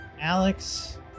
Alex